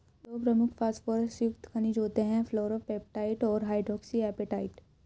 दो प्रमुख फॉस्फोरस युक्त खनिज होते हैं, फ्लोरापेटाइट और हाइड्रोक्सी एपेटाइट